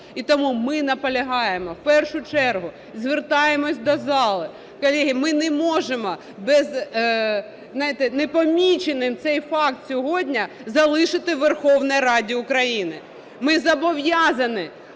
І тому ми наполягаємо, в першу чергу звертаємося до зали, колеги, ми не можемо без, знаєте, непоміченим цей факт сьогодні залишити в Верховній Раді України. Ми зобов'язані